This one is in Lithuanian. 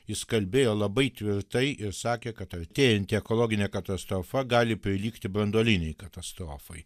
jis kalbėjo labai tvirtai ir sakė kad artėjanti ekologinė katastrofa gali prilygti branduolinei katastrofai